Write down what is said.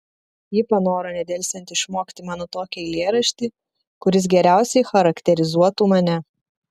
ji panoro nedelsiant išmokti mano tokį eilėraštį kuris geriausiai charakterizuotų mane